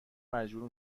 مجبور